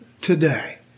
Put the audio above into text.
today